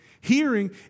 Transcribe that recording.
Hearing